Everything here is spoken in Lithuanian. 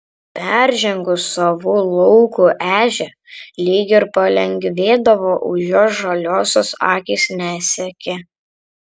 peržengus savų laukų ežią lyg ir palengvėdavo už jos žaliosios akys nesekė